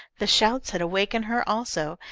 the shouts had awakened her, also,